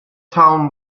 town